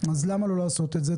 אז למה לא לעשות את זה?